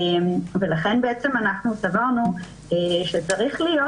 ולכן אנחנו סברנו שצריך להיות,